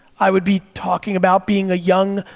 i would be talking about being a young,